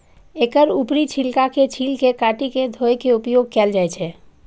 एकर ऊपरी छिलका के छील के काटि के धोय के उपयोग कैल जाए छै